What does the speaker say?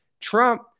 trump